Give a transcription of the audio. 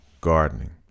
gardening